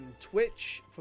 Twitch